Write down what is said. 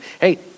hey